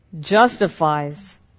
justifies